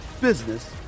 business